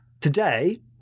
today